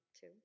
two